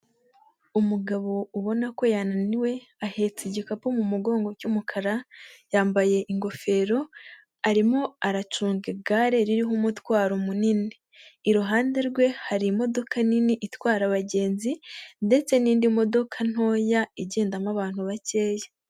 Umugabo ubona ko yananiwe, ahetse igikapu mu mugongo cy'umukara, yambaye ingofero, arimo aracunga igare ririho umutwaro munini, iruhande rwe hari imodoka nini itwara abagenzi ndetse n'indi modoka ntoya igendamo abantu bakeya.